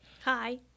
Hi